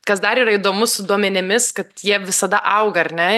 kas dar yra įdomu su duomenimis kad jie visada auga ar ne